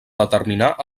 determinar